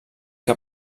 que